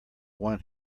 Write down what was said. one